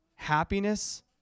happiness